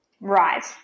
right